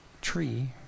tree